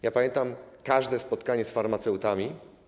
Ja pamiętam każde spotkanie z farmaceutami.